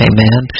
Amen